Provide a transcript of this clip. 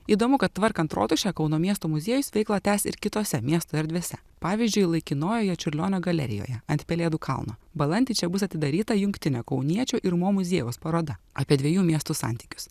įdomu kad tvarkant rotušę kauno miesto muziejus veiklą tęs ir kitose miesto erdvėse pavyzdžiui laikinojoje čiurlionio galerijoje ant pelėdų kalno balandį čia bus atidaryta jungtinė kauniečių ir mo muziejaus paroda apie dviejų miestų santykius